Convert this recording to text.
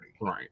Right